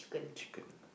chicken